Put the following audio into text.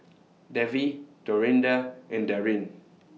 Davy Dorinda and Darrin